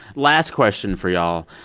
last question for y'all.